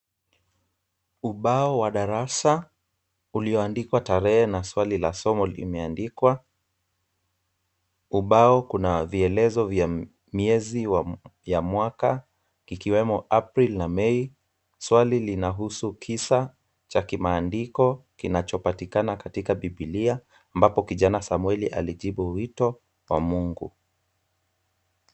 Ubao wa darasa ulioandikwa tarehe na swali la somo limeandikwa. Ubao kuna vielezo vya miezi ya mwaka ikiwemo April na May . Swali linahusu kisa cha kimaandiko kinachopatikana katika bibilia ambapo kijana Samweli alijibu wito wa mungu.